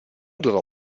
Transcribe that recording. durò